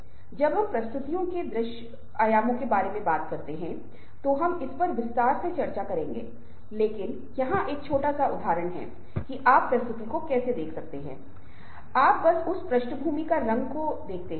दूसरी ओर आप विशिष्ट इशारों को बनाना चाहते हैं जिन इशारों को आप करने जा रहे हैं उन पर आपका पूरा नियंत्रण है चाहे जानबूझकर या अनजाने में ये इशारे फिर से आपको विशिष्ट तरीकों से व्याख्या करने में महत्वपूर्ण भूमिका निभाते हैं